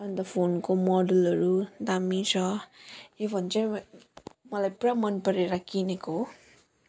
अनि त फोनको मोडलहरू दामी छ यो फोन चाहिँ मलाई पुरा मन परेर किनेको हो